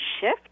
shift